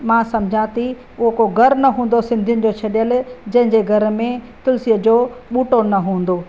मां समुझा थी उहा को घरु न हूंदो सिंधिनि जो छॾियल जंहिंजे घर में तुलसीअ जो बूटो न हूंदो